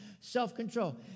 self-control